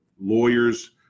lawyers